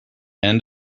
end